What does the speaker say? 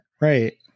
Right